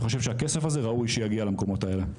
ואני חושב שראוי שהכסף הזה יגיע למקומות האלה.